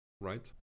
right